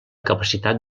capacitat